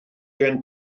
gen